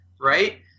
right